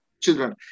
children